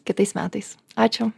kitais metais ačiū